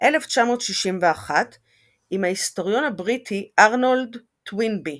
1961 עם ההיסטוריון הבריטי ארנולד טוינבי,